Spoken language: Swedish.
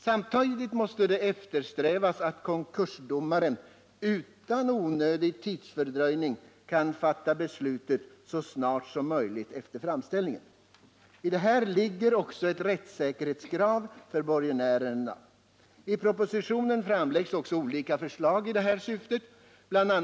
Samtidigt måste man eftersträva att konkursdomaren kan fatta beslutet så snart som möjligt efter framställningen. I det här ligger också ett krav på rättssäkerhet för borgenärerna. I propositionen framläggs också olika förslag i detta syfte. Bl.